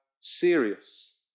serious